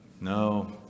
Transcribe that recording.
No